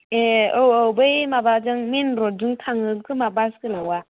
ए औ औ बै माबाजो मेइन रडजों थाङो खोमा बास गोलवा